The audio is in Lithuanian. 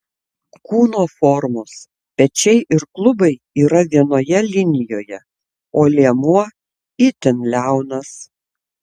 kūno formos pečiai ir klubai yra vienoje linijoje o liemuo itin liaunas